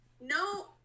No